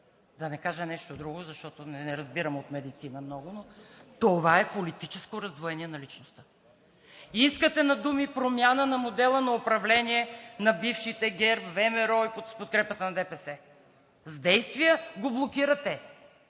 Да не кажа нещо друго, защото не разбирам много от медицина, но това е политическо раздвоение на личността. Искате на думи промяна на модела на управление на бившите ГЕРБ, ВМРО и подкрепата на ДПС. С действия го блокирате.